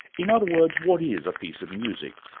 in other words, what is a piece of music?